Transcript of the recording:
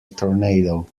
tornado